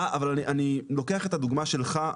אני לוקח את הדוגמא שלך,